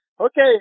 okay